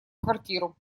квартиру